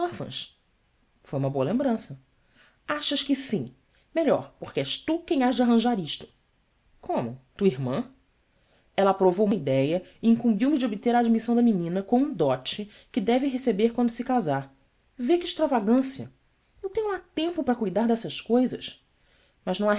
e foi uma boa lembrança chas que sim melhor porque és tu quem hás de arranjar isto omo ua irmã ella aprovou muito a idéia e incumbiu me de obter a admissão da menina com um dote que deve receber quando se casar vê que extravagância eu tenho lá tempo para cuidar dessas coisas mas não há